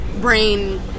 brain